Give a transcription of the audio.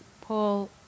Paul